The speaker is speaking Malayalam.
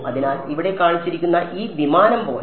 അതിനാൽ ഇവിടെ കാണിച്ചിരിക്കുന്ന ഈ വിമാനം പോലെ